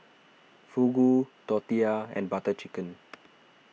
Fugu Tortillas and Butter Chicken